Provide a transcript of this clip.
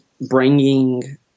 bringing